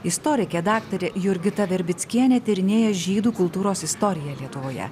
istorikė daktarė jurgita verbickienė tyrinėja žydų kultūros istoriją lietuvoje